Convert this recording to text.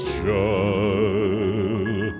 child